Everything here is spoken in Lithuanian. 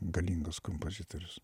galingas kompozitorius